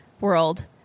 world